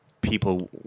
people